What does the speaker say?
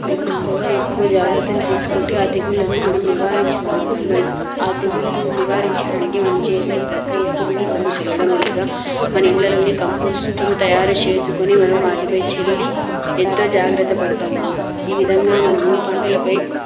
మనం ముందుగా ఎక్కువ జాగ్రత్తలు తీసుకుంటే ఆ తెగుళ్లను మనం నివారించగలుగుతాము ఆ తెగుళ్లు నివారించడానికి మనం చేసే ప్రక్రియ పురుగుల మందు చల్లడం లేదా మన ఇండ్లలోనే కంపోస్టులు తయారు చేసుకుని మనం వాటిపై చల్లి ఎంతో జాగ్రత్త పడతాము ఈ విధంగా మనము పంటలపై